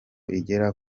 irengera